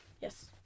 Yes